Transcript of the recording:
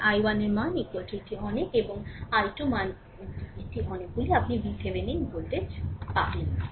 এখন i 1 মান এটি অনেক এবং i2 মান এটি অনেকগুলি আপনি VThevenin ভোল্টেজ পাবেন